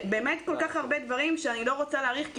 היו כל כך הרבה דברים אבל אני לא רוצה להאריך כי